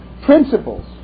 principles